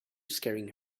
scaring